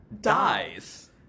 dies